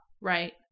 Right